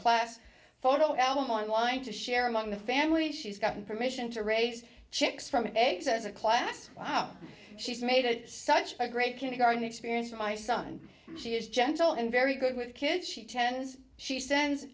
class photo album online to share among the family she's gotten permission to raise chicks from eggs as a class wow she's made it such a great kindergarten experience for my son she is gentle and very good with kids she